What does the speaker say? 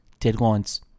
deadlines